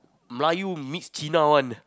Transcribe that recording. Melayu mix cheena one